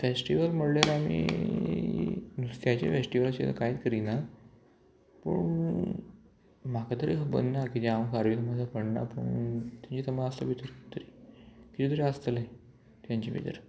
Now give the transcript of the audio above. festival म्हणल्यार आमी नुस्त्याचें फेस्टिवल अशें कांयच करिना पूण म्हाका तरी खबर ना किद्या हांव खारवी समाजांत पडना पूण तेंची समाजा आसतलें किदें तरी किदें तरी आसतलें तेंचे भितर